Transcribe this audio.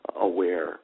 aware